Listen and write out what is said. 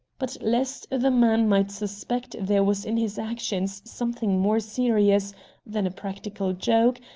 but, lest the man might suspect there was in his actions something more serious than a practical joke,